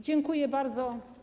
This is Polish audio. Dziękuję bardzo.